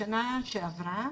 בשנה שעברה